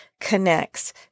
connects